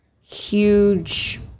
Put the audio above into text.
huge